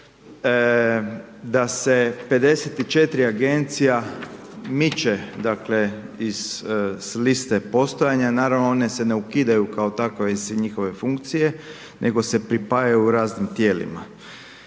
da se 54 Agencija miče, dakle, s liste postojanja, naravno, one se ne ukidaju kao takve, osim njihove funkcije, nego se pripajaju raznim tijelima.